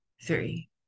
three